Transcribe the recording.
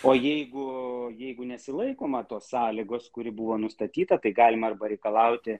o jeigu jeigu nesilaikoma tos sąlygos kuri buvo nustatyta tai galima arba reikalauti